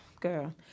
girl